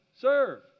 Serve